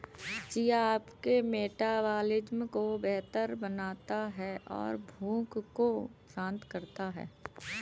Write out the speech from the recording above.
chia आपके metabolism को बेहतर बनाता है और भूख को शांत करता है